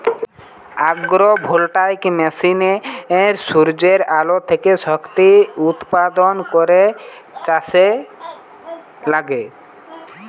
agro voltaic মেশিনে সূর্যের আলো থেকে শক্তি উৎপাদন করে চাষে লাগে